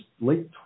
late